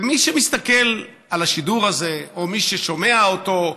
מי שמסתכל על השידור הזה או מי ששומע אותו,